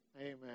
Amen